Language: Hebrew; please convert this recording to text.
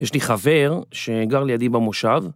יש לי חבר שגר לידי במושב.